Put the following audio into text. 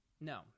No